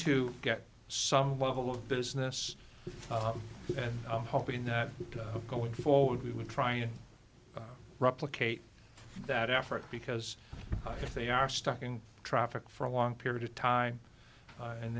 to get some level of business and i'm hoping that going forward we will try and replicate that effort because if they are stuck in traffic for a long period of time and